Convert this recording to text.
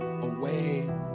away